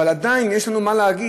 אבל עדיין יש לנו מה להגיד,